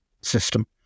system